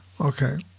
Okay